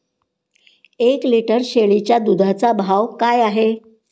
एक लिटर शेळीच्या दुधाचा भाव काय आहे?